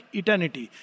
eternity